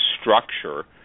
structure